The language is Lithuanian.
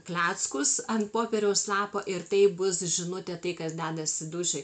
kleckus ant popieriaus lapo ir tai bus žinutė tai kas dedasi dūšioj